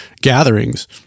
gatherings